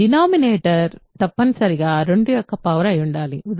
denominator తప్పనిసరిగా 2 యొక్క power అయి ఉండాలి